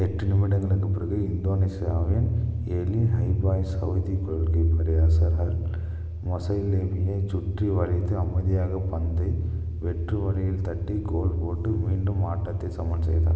எட்டு நிமிடங்களுக்குப் பிறகு இந்தோனேசியாவின் Elie Aiboy Saudi goalkeeper Yasser Al மொசைலேமியைச் சுற்றி வளைத்து அமைதியாகப் பந்தை வெற்று வலையில் தட்டி கோல் போட்டு மீண்டும் ஆட்டத்தை சமன் செய்தார்